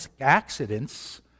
accidents